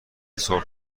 سرخ